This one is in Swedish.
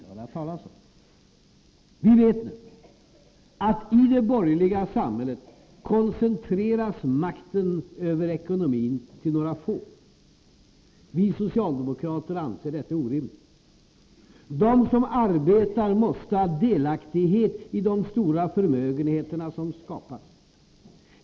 Vi vet nu att i det borgerliga samhället koncentreras makten över ekonomin till några få. Vi socialdemokrater anser detta orimligt. De som arbetar måste ha delaktighet i de stora förmögenheter som skapas.